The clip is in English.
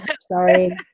sorry